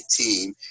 team